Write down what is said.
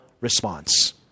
response